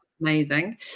amazing